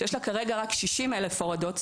שיש לה רק 60 אלף הורדות,